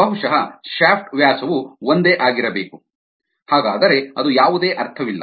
ಬಹುಶಃ ಶಾಫ್ಟ್ ವ್ಯಾಸವು ಒಂದೇ ಆಗಿರಬೇಕು ಹಾಗಾದರೆ ಅದು ಯಾವುದೇ ಅರ್ಥವಿಲ್ಲ